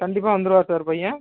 கண்டிப்பாக வந்துடுவாரு சார் பையன்